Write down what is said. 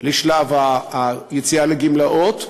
לשלב היציאה לגמלאות,